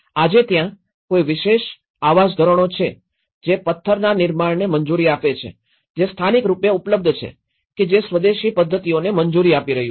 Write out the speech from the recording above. આજે ત્યાં કોઈ વિશેષ આવાસ ધોરણો છે જે પથ્થરના નિર્માણને મંજૂરી આપે છે જે સ્થાનિક રૂપે ઉપલબ્ધ છે કે જે સ્વદેશી પદ્ધતિઓને મંજૂરી આપી રહ્યું છે